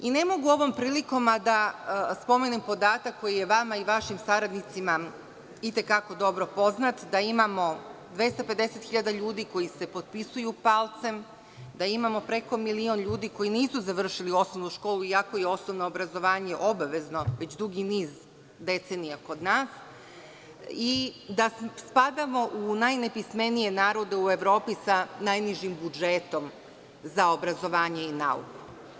Ne mogu ovom prilikom a da ne spomenem podatak koji je vama i vašim saradnicima i te kako dobro poznat, da imamo 250.000 ljudi koji se potpisuju palcem, da imamo preko milion ljudi koji nisu završili osnovnu školu, iako je osnovno obrazovanje obavezno već dugi niz decenija kod nas i da spadamo u najnepismenije narode u Evropi sa najnižim budžetom za obrazovanje i nauku.